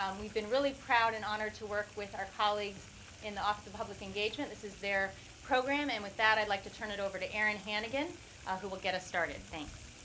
um we've been really proud and honored to work with our colleagues in the office of public engagement. this is their program. and with that i'd like to turn it over to erin hannigan who will get us started. thanks.